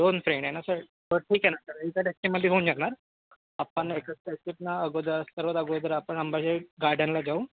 दोन फ्रेंड आहे ना सर बरं ठीक आहे ना सर एका टॅक्सीमध्ये होऊन जाणार आपण एकाच टॅक्सीतून अगोदर सर्वात अगोदर आपण अंबाझरी गार्डनला जाऊ